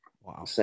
Wow